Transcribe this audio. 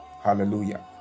Hallelujah